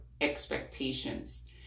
expectations